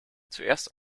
zuerst